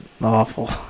awful